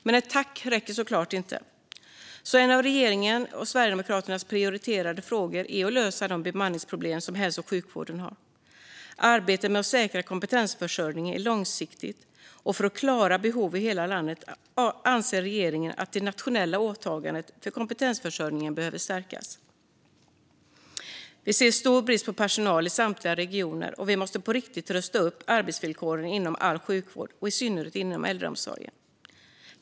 Men ett tack räcker såklart inte, så en av regeringens och Sverigedemokraternas prioriterade frågor är att lösa de bemanningsproblem som hälso och sjukvården har. Arbetet med att säkra kompetensförsörjningen är långsiktigt, och för att klara behoven i hela landet anser regeringen att det nationella åtagandet gällande kompetensförsörjningen behöver stärkas. Vi ser stor brist på personal i samtliga regioner, och vi måste på riktigt rusta upp arbetsvillkoren inom all sjukvård och i synnerhet inom äldreomsorgen.